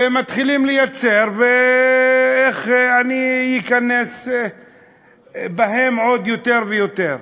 ומתחילים לייצר, איך אני אכנס בהם יותר ויותר.